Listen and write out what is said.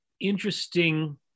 interesting